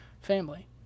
family